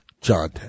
John